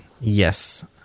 Yes